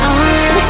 on